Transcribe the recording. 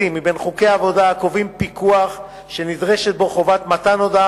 בין חוקי העבודה הקובעים פיקוח שנדרשת בו חובת מתן הודעה